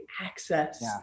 access